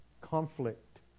conflict